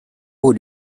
would